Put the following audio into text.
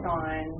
on